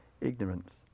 ignorance